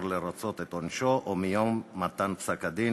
לרצות את עונשו או מיום מתן פסק-הדין,